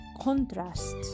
contrast